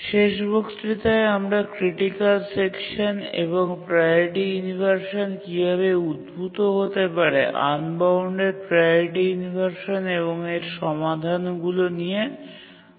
শেষ বক্তৃতায় আমরা ক্রিটিকাল সেকশান এবং প্রাওরিটি ইনভারসান কীভাবে উদ্ভূত হতে পারে আনবাউন্ডেড প্রাওরিটি ইনভারসান এবং এর সমাধানগুলি নিয়ে আলোচনা করেছি